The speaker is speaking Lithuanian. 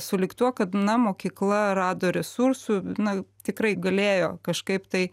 sulig tuo kad na mokykla rado resursų na tikrai galėjo kažkaip tai